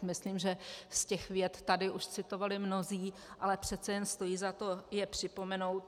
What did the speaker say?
Myslím, že z těch vět už tady citovali mnozí, ale přece jen stojí za to je připomenout.